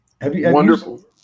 Wonderful